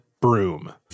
broom